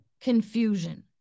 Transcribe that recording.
confusion